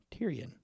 Tyrion